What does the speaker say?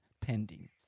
pending